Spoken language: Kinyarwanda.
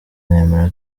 nemera